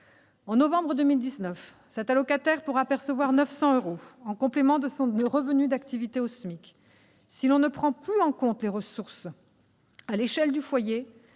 En novembre 2019, cet allocataire pourra percevoir 900 euros en complément de son revenu d'activité au SMIC. Si l'on ne prend plus en compte les ressources à l'échelle du foyer,